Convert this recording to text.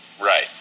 right